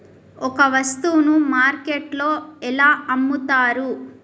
ఒక వస్తువును మార్కెట్లో ఎలా అమ్ముతరు?